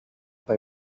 they